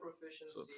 proficiency –